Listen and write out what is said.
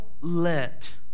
let